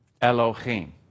Elohim